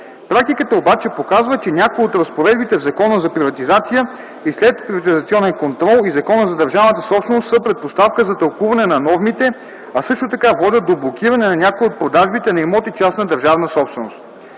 Практиката обаче показва, че някои от разпоредбите в Закона за приватизация и следприватизационен контрол и Закона за държавната собственост са предпоставка за тълкуване на нормите, а също така води до блокиране на някои от продажбите на имоти частна държавна собственост.